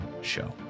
Show